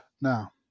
Now